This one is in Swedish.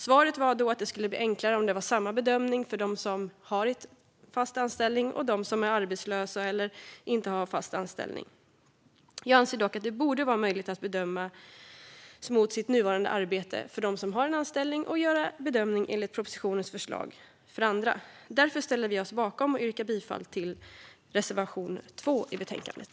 Svaret var då att det skulle bli enklare om det var samma bedömning för dem som har fast anställning och dem som är arbetslösa eller inte har fast anställning. Jag anser dock att det borde vara möjligt att bedömas mot nuvarande arbete för dem som har en anställning och göra en bedömning för andra enligt propositionens förslag. Därför ställer yrkar vi bifall till reservation 2 i betänkandet.